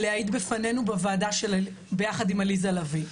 להעיד בפנינו בוועדה ביחד עם עליזה לביא.